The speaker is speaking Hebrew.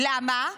למה?